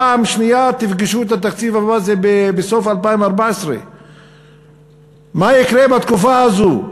פעם שנייה תפגשו את התקציב בסוף 2014. מה יקרה בתקופה הזאת?